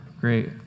Great